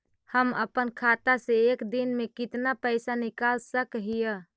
हम अपन खाता से एक दिन में कितना पैसा निकाल सक हिय?